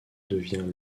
devient